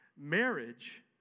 Marriage